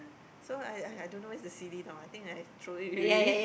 so I I I don't know where's the C_D now I think I throw it away already